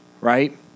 right